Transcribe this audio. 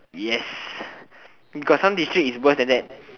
yes got some district is worse than that